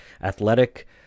athletic